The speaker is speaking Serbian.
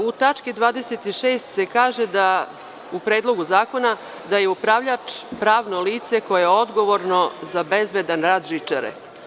U tački 26. se kaže da u Predlogu zakona da je upravljač pravno lice koje je odgovorno za bezbedan rad žičare.